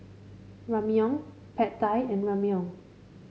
Ramyeon Pad Thai and Ramyeon